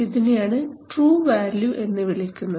ഇതിനെയാണ് true value എന്നു വിളിക്കുന്നത്